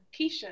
Keisha